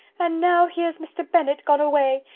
and now here's mr. bennet gone away,